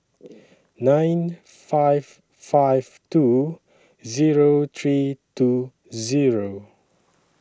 nine five five two Zero three two Zero